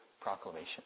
proclamation